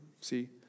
See